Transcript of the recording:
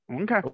Okay